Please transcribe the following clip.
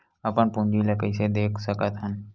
अपन पूंजी ला कइसे देख सकत हन?